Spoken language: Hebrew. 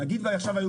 נגיד שהיה